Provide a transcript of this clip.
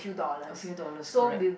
a few dollars correct